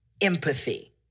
empathy